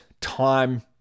time